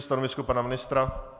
Stanovisko pana ministra?